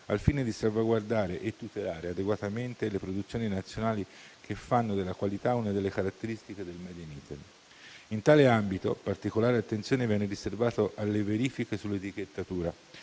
al fine di salvaguardare e tutelare adeguatamente le produzioni nazionali che fanno della qualità una delle caratteristiche del *made in Italy*. In tale ambito, particolare attenzione viene riservata alle verifiche sull'etichettatura